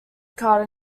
card